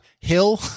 hill